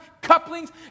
couplings